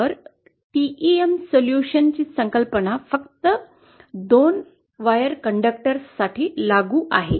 तर TEM solution फक्त दोन वायर कंडक्टरसाठी लागू आहे